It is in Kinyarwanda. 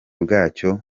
bwacyo